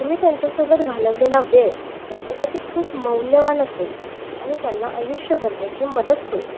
तुम्ही त्यांच्यासोबत घालवलेला वेळ त्यांच्यासाठी खूप मौल्यवान असेल आणि त्यांना आयुष्यभर त्याची मदत होईल